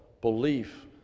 belief